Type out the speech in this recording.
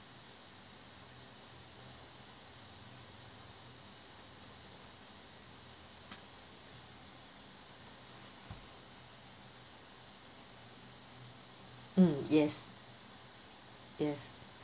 mm yes yes